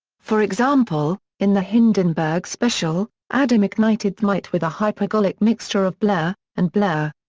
for example, in the hindenburg special, adam ignited thermite with a hypergolic mixture of blur and blur.